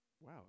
Wow